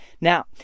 Now